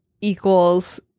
equals